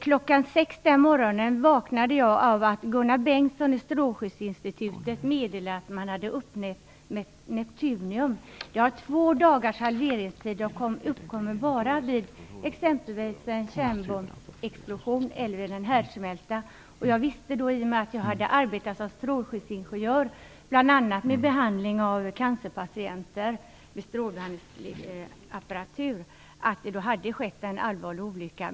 Klockan sex den morgonen vaknade jag av att jag på radion hörde Gunnar Bengtsson från Strålskyddsinstitutet meddela att man hade uppmätt Neptunium. Det har två dagars halveringstid och uppkommer bara vid exempelvis en kärnbombsexplosion eller en härdsmälta. Jag visste då i och med att jag hade arbetat som strålskyddsingenjör, bl.a. med behandling av cancerpatienter med strålningsapperatur, att det hade skett en allvarlig olycka.